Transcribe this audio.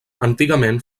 antigament